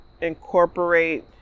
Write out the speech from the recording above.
incorporate